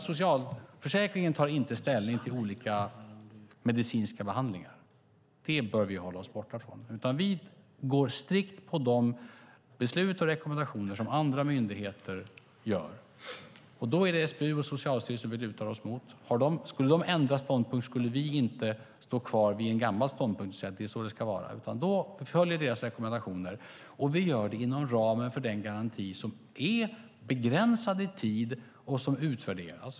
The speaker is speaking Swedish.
Socialförsäkringen tar inte ställning till olika medicinska behandlingar. Det bör vi hålla oss borta från. Vi går strikt på de beslut och rekommendationer som andra myndigheter gör. Det är SBU och Socialstyrelsen vi lutar oss mot. Skulle de ändra ståndpunkt skulle vi inte stå kvar vid en gammal ståndpunkt och säga: Det är så det ska vara. Vi följer deras rekommendationer. Vi gör det inom ramen för den garanti som är begränsad i tid och som utvärderas.